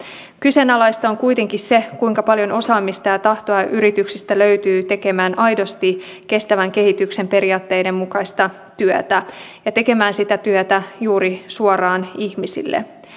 kyseenalaista on kuitenkin se kuinka paljon osaamista ja tahtoa yrityksistä löytyy tekemään aidosti kestävän kehityksen periaatteiden mukaista työtä ja tekemään sitä työtä juuri suoraan ihmisille